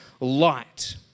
light